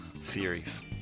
series